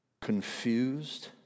Confused